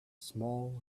small